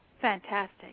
fantastic